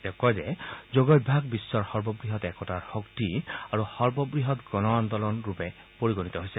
তেওঁ কয় যে যোগাভ্যাস বিশ্বৰ সৰ্ববৃহৎ একতাৰ শক্তিৰ লগতে সৰ্ববৃহৎ গণ আন্দোলনত পৰিগণিত হৈছে